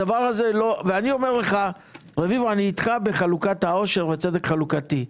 רביבו, אני איתך בחלוקת העושר וצדק חלוקתי,